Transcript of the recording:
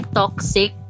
toxic